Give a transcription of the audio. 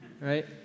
right